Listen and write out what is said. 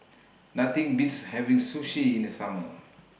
Nothing Beats having Sushi in The Summer